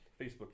Facebook